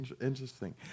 interesting